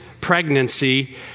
pregnancy